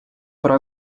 про